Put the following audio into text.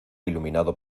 iluminado